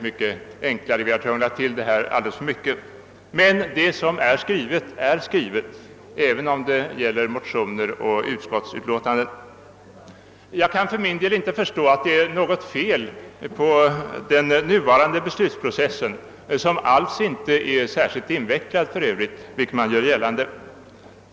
Han menar att vi krånglat till saken alldeles för mycket. Men det som är skrivet är skrivet, även om det gäller motioner och utskottsutlåtanden. För min del kan jag inte förstå att det är något fel på den nuvarande beslutsprocessen som för övrigt alls inte är särskilt invecklad, vilket gjorts gällande.